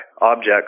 objects